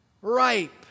ripe